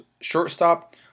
shortstop